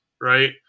right